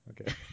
Okay